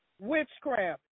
witchcraft